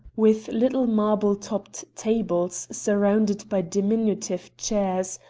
with little marble-topped tables surrounded by diminutive chairs,